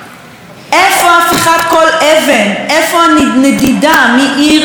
איפה הנדידה מעיר לעיר ומבירה לבירה וממדינה למדינה?